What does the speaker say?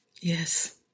Yes